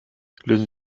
lösen